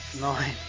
nine